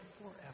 forever